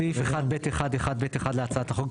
בסעיף 1(ב1)(1)(ב)(1) להצעת החוק,